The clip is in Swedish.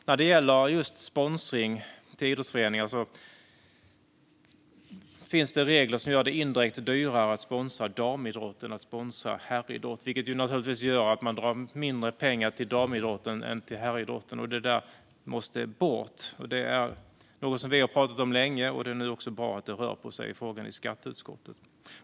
När det gäller just sponsring till idrottsföreningar finns det regler som gör det indirekt dyrare att sponsra damidrott än att sponsra herridrott. Det leder naturligtvis till att man drar in mindre pengar till damidrotten än till herridrotten. Det där måste bort. Det är något som vi har pratat om länge. Det är bra att det nu rör på sig i frågan i skatteutskottet.